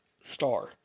star